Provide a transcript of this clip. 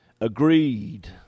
agreed